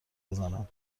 بزنم